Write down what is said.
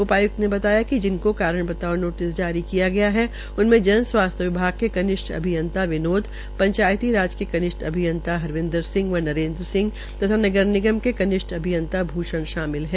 उपाय्क्त ने बताया कि जिनको कारण बताओं नोटिस जारी किये गये है उनमें जन स्वास्थ्य विभाग के कनिष्ठ अभियंता विनोद पंचायती राज के कनिष्ठ अभियंता हरविन्दर सिंह व नरेन्द्र सिंह तथा नगर निगम के कनिष्ठ अभियंता भूषण शामिल है